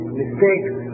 mistakes